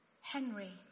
Henry